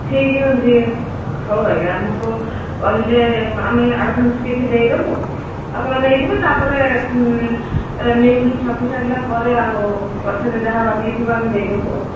ଠିକ୍ ହେଉଛି ହଉ ଆଜ୍ଞା ଆମକୁ କହିଲେ ଆମେ ଆଡଭାନ୍ସ କିଛି ଦେଇଦେବୁ ଆପଣ ନେଇଯିବେ ତାପରେ ନିଉଜ୍ ଛାଫି ସାରିଲା ପରେ ଆଉ ପଛରେ ଯାହା ବାକିଥିବ ଆମେ ଦେଇଦେବୁ ଆଉ